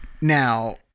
Now